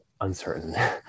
uncertain